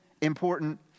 important